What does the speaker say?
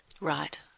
Right